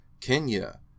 Kenya